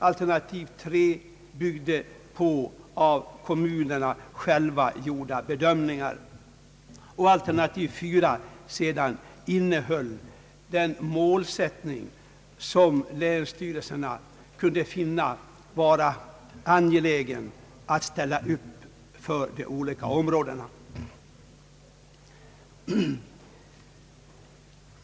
Alternativ 3 byggde på av kommunerna själva gjorda bedömningar, och alternativ 4 innehöll den målsättning som länsstyrelserna kunde finna angelägen för de olika områdena.